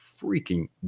freaking